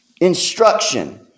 Instruction